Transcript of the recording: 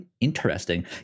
interesting